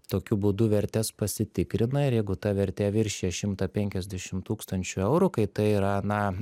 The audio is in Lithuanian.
tokiu būdu vertes pasitikrina ir jeigu ta vertė viršija šimtą penkiasdešim tūkstančių eurų kai tai yra na